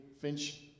Finch